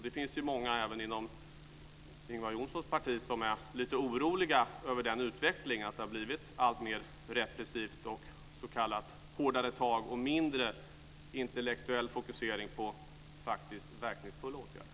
Det finns många även inom Ingvar Johnssons parti som är lite oroliga över den utvecklingen, att det har blivit alltmer repressivt, fler s.k. hårdare tag och mindre intellektuell fokusering på verkningsfulla åtgärder.